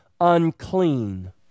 unclean